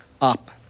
up